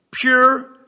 pure